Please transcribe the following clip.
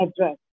address